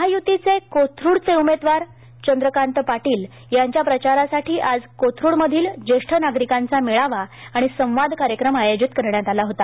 महायुतीचे कोथरूडचे उमेदवार चंद्रकांत पाटील यांच्या प्रचारासाठी आज कोथरूड मधील ज्येष्ठ नागरिकांचा मेळावा आणि संवाद कार्यक्रम आयोजित करण्यात आला होता